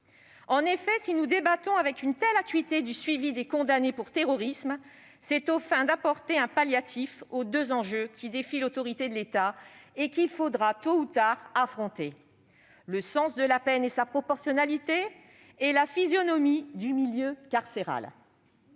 En effet, si nous débattons avec une telle acuité du suivi des condamnés pour terrorisme, c'est aux fins d'apporter un palliatif aux deux enjeux qui défient l'autorité de l'État et qu'il faudra tôt ou tard affronter : le sens de la peine et sa proportionnalité, d'une part ; la physionomie du milieu carcéral,